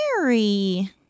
Mary